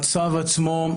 הצו עצמו,